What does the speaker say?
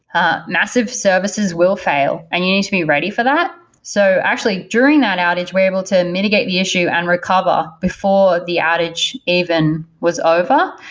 ah massive services will fail and need to be ready for that. so actually, during that outage, we're able to mitigate the issue and recover before the outage even was over,